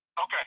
Okay